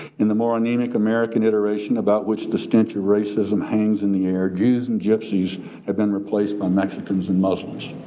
in the more anemic american iteration about which the stench of racism hangs in the air, jews and gypsies have been replaced um mexicans and muslims.